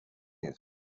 music